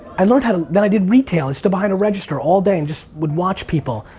i learned how to. then i did retail. i stood behind a register all day and just would watch people.